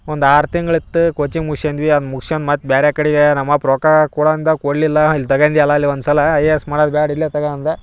ಒಂದು ಆರು ತಿಂಗ್ಳು ಇತ್ತು ಕೋಚಿಂಗ್ ಮುಗ್ಸ್ಯಂಡ್ವಿ ಅದು ಮುಗ್ಸ್ಯಂಡ್ ಮತ್ತೆ ಬ್ಯಾರೆ ಕಡೆಗೆ ನಮ್ಮ ಅಪ್ಪ ರೊಕ್ಕ ಕೊಡಂದ ಕೊಡಲಿಲ್ಲ ಇಲ್ಲಿ ತಕಂಡು ಎಲ್ಲ ಅಲ್ಲಿ ಒಂದ್ಸಲ ಐ ಎ ಎಸ್ ಮಾಡೋದು ಬ್ಯಾಡ ಇಲ್ಲೇ ತಕ ಅಂದ